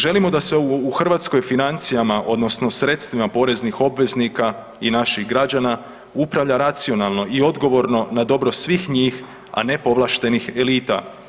Želimo da se u Hrvatskoj, financijama odnosno sredstvima poreznih obveznika i naših građana upravlja racionalno i odgovorno na dobro svih njih, a ne povlaštenih elita.